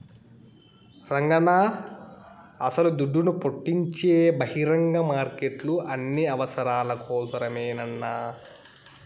రంగన్నా అస్సల దుడ్డును పుట్టించే బహిరంగ మార్కెట్లు అన్ని అవసరాల కోసరమేనన్నా